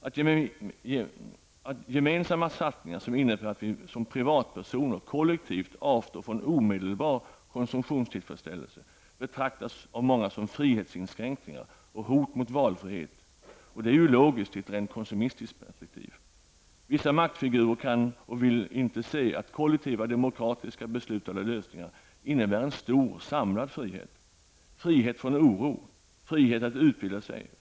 Att gemensamma satsningar, som innebär att vi som privatpersoner kollektivt avstår från omedelbar konsumtionstillfredsställelse, betraktas som frihetsinskränkningar och hot mot valfriheten är logiskt i ett rent konsumistiskt perspektiv. Vissa maktfigurer kan och vill inte se att kollektiva demokratiskt beslutade lösningar innebär en stor samlad frihet: Frihet från oro. Frihet att utbilda sig.